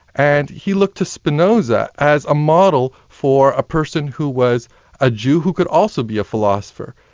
and he looked to spinoza as a model for a person who was a jew who could also be a philosopher.